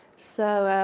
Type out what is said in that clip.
so